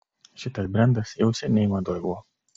šitas brendas jau seniai madoj buvo